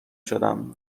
شدم